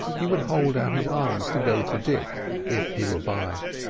he would hold out his arms to go to dick if he were by.